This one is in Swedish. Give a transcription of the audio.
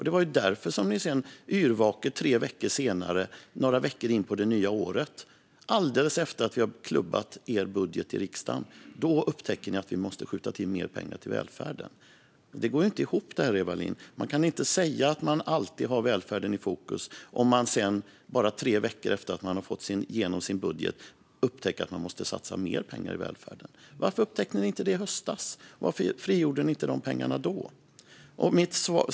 Det var därför som ni tre veckor senare, några veckor in på det nya året, alldeles efter det att vi klubbat er budget i riksdagen, yrvaket upptäckte att vi måste skjuta till mer pengar till välfärden. Det här går inte ihop, Eva Lindh. Man kan inte säga att man alltid har välfärden i fokus om man sedan, bara tre veckor efter det att man fått igenom sin budget, upptäcker att man måste satsa mer pengar i välfärden. Varför upptäckte ni inte det i höstas? Varför frigjorde ni inte de pengarna då?